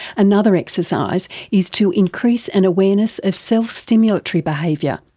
another exercise is to increase an awareness of self-stimulatory behaviour,